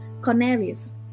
Cornelius